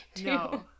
no